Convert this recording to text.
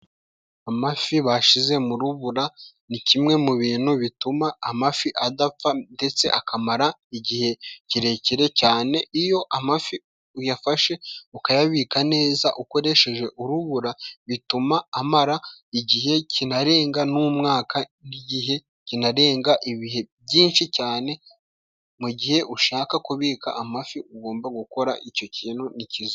Amafi bashyize mu rubura, ni kimwe mu bintu bituma amafi adapfa ndetse akamara igihe kirekire cyane. Iyo amafi uyafashe ukayabika neza ukoresheje urubura, bituma amara igihe kinarenga n'umwaka, nk'igihe kinarenga ibihe byinshi cyane. Mu gihe ushaka kubika amafi ugomba gukora icyo kintu ni cyiza.